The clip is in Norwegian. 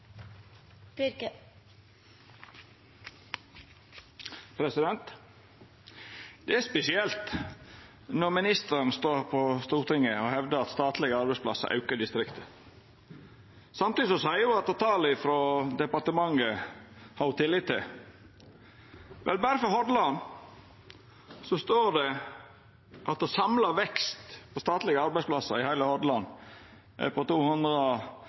spesielt når ministeren står på Stortingets talarstol og hevdar at talet på statlege arbeidsplassar aukar i distrikta. Samtidig seier ho at tala frå departementet har ho tillit til. Vel, berre for Hordaland står det at samla vekst i statlege arbeidsplassar for heile Hordaland er på godt og